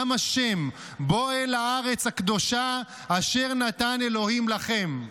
עם השם, בוא אל הארץ הקדושה אשר נתן אלוהים לכם.